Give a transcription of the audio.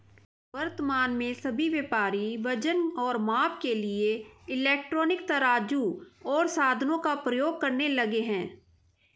वर्तमान में सभी व्यापारी वजन और माप के लिए इलेक्ट्रॉनिक तराजू ओर साधनों का प्रयोग करने लगे हैं